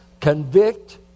convict